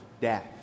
death